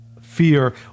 fear